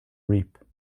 reap